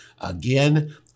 Again